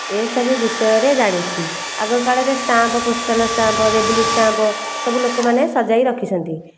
ଏ ସବୁ ବିଷୟରେ ଜାଣିଛି ଆଗ କାଳରେ ଷ୍ଟାମ୍ପ ପୋଷ୍ଟାଲ ଷ୍ଟାମ୍ପ ରେବଲ ଷ୍ଟାମ୍ପ ସବୁ ଲୋକମାନେ ସଜାଇ ରଖିଛନ୍ତି